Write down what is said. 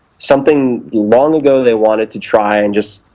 something long ago they wanted to try and just